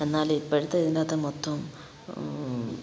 എന്നാലും ഇപ്പോഴത്തെ ഇതിനകത്ത് മൊത്തവും